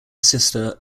sister